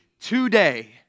today